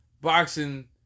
boxing